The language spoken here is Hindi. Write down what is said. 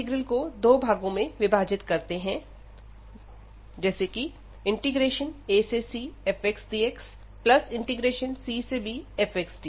अब हम इंटीग्रल को दो भागों में विभाजित करते हैं यथा acfxdxcbfxdx